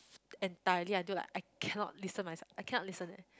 entirely until like I cannot listen myself I cannot listen eh